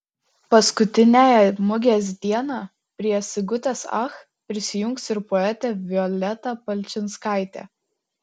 paskutiniąją mugės dieną prie sigutės ach prisijungs ir poetė violeta palčinskaitė